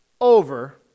over